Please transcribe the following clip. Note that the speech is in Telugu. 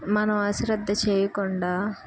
మనం అశ్రద్ధ చేయకుండా